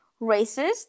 racist